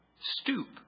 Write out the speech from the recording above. stoop